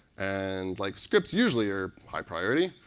and like scripts usually are high priority,